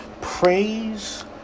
praise